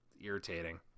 Irritating